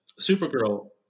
Supergirl